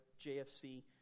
JFC